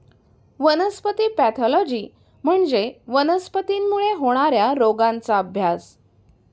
वनस्पती पॅथॉलॉजी म्हणजे वनस्पतींमुळे होणार्या रोगांचा अभ्यास